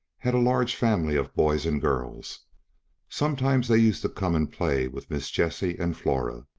had a large family of boys and girls sometimes they used to come and play with miss jessie and flora.